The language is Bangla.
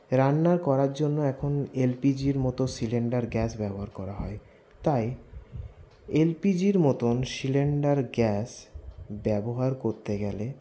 রান্না করার জন্য এখন এলপিজির মতো সিলিন্ডার গ্যাস ব্যবহার করা হয় তাই এলপিজির মতন সিলিন্ডার গ্যাস ব্যবহার করতে গেলে